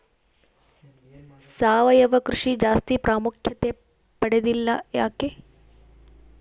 ಸಾವಯವ ಕೃಷಿ ಜಾಸ್ತಿ ಪ್ರಾಮುಖ್ಯತೆ ಪಡೆದಿಲ್ಲ ಯಾಕೆ?